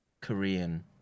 korean